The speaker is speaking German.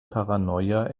paranoia